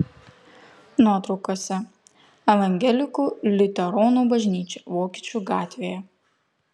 nuotraukose evangelikų liuteronų bažnyčia vokiečių gatvėje